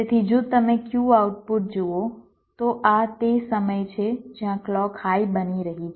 તેથી જો તમે Q આઉટપુટ જુઓ તો આ તે સમય છે જ્યાં ક્લૉક હાઈ બની રહી છે